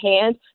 hands